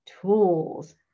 tools